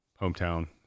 hometown